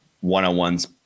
one-on-ones